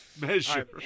Measure